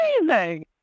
Amazing